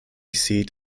seat